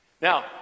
Now